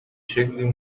شکلی